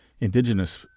indigenous